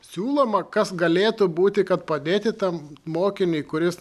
siūloma kas galėtų būti kad padėti tam mokiniui kuris